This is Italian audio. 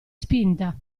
spinta